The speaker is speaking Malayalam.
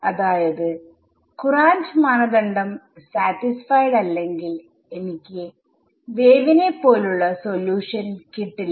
അതായത് കുറാന്റ് മാനദണ്ഡം സാറ്റിസ്ഫൈഡ്അല്ലെങ്കിൽ എനിക്ക് വേവ് നെ പോലുള്ള സൊല്യൂഷൻ കിട്ടില്ല